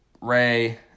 Ray